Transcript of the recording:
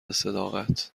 صداقت